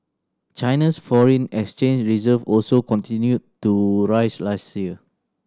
China's foreign exchange reserves also continued to rise last year